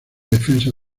defensa